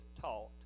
taught